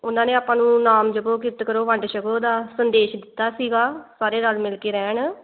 ਉਹਨਾਂ ਨੇ ਆਪਾਂ ਨੂੰ ਨਾਮ ਜਪੋ ਕਿਰਤ ਕਰੋ ਵੰਡ ਛਕੋ ਦਾ ਸੰਦੇਸ਼ ਦਿੱਤਾ ਸੀਗਾ ਸਾਰੇ ਰਲ ਮਿਲ ਕੇ ਰਹਿਣ